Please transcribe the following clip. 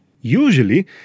Usually